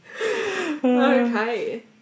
Okay